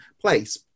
place